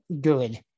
good